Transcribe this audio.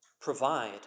provide